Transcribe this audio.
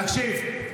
תקשיב,